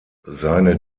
seine